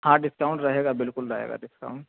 ہاں ڈسکاؤنٹ رہے گا بالکل رہے گا ڈسکاؤنٹ